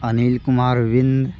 अनिल कुमार विण